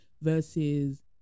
versus